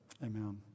Amen